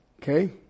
Okay